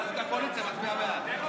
ואז הקואליציה מצביעה בעד.